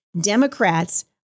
Democrats